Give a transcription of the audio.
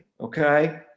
Okay